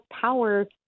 power